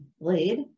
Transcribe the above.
blade